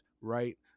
right